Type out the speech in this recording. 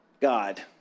God